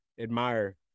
admire